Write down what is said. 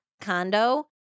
condo